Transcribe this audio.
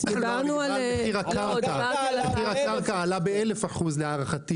מחיר הקרקע עלה ב-1,000%.